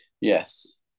yes